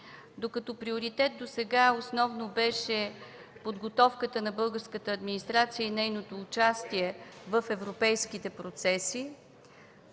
Докато приоритет досега основно беше подготовката на българската администрация и нейното участие в европейските процеси,